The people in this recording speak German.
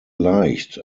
leicht